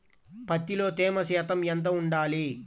పత్తిలో తేమ శాతం ఎంత ఉండాలి?